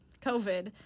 COVID